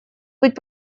быть